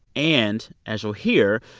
and as you'll hear,